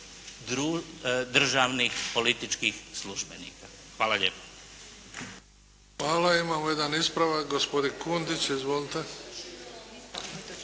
državnih političkih službenika. Hvala lijepo. **Bebić, Luka (HDZ)** Hvala. Imamo jedan ispravak. Gospodin Kundić. Izvolite!